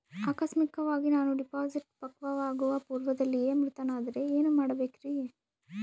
ಆಕಸ್ಮಿಕವಾಗಿ ನಾನು ಡಿಪಾಸಿಟ್ ಪಕ್ವವಾಗುವ ಪೂರ್ವದಲ್ಲಿಯೇ ಮೃತನಾದರೆ ಏನು ಮಾಡಬೇಕ್ರಿ?